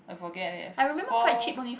I forget leh four